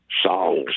songs